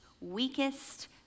weakest